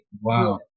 wow